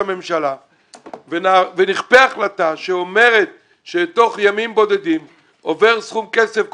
הממשלה ונכפה החלטה שאומרת שתוך ימים בודדים עובר סכום כסף,